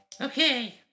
Okay